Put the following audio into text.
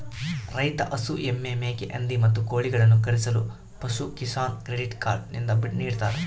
ರೈತ ಹಸು, ಎಮ್ಮೆ, ಮೇಕೆ, ಹಂದಿ, ಮತ್ತು ಕೋಳಿಗಳನ್ನು ಖರೀದಿಸಲು ಪಶುಕಿಸಾನ್ ಕ್ರೆಡಿಟ್ ಕಾರ್ಡ್ ನಿಂದ ನಿಡ್ತಾರ